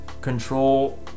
control